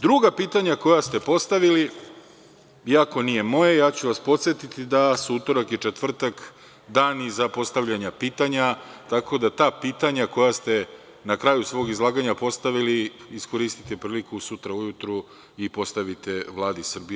Druga pitanja koja ste postavili iako nije moje, ja ću vas podsetiti da su utorak i četvrtak dani za postavljanje pitanja, tako da ta pitanja koja ste na kraju svog izlaganja postavili, iskoristite priliku sutra ujutru i postavite Vladi Srbije.